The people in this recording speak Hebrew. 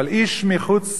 אבל איש חוץ